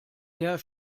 der